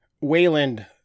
Wayland